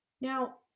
Now